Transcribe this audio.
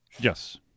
Yes